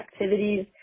activities